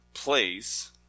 place